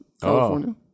California